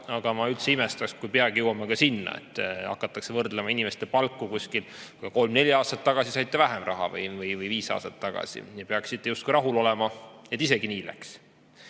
aga ma üldse ei imestaks, kui peagi jõuame ka sinna, et hakatakse võrdlema inimeste palku: kuskil kolm‑neli aastat tagasi saite vähem raha, või viis aastat tagasi, ja peaksite justkui rahul olema, et isegi nii läks.